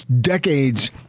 decades